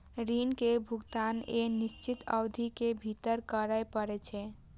ऋण के भुगतान एक निश्चित अवधि के भीतर करय पड़ै छै